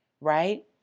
right